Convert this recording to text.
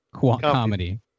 Comedy